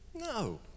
No